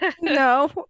No